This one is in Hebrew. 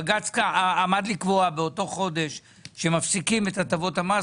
בג"ץ עמד לקבוע באותו חודש שמפסיקים את הטבות המס